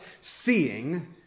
seeing